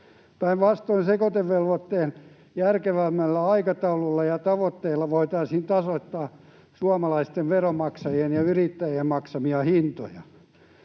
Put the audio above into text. Päinvastoin sekoitevelvoitteen järkevämmällä aikataululla ja tavoitteilla voitaisiin tasoittaa suomalaisten veronmaksajien ja yrittäjien maksamia hintoja.